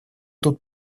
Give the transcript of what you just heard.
тут